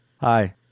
Hi